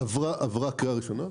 עברה קריאה ראשונה.